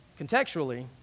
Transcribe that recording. Contextually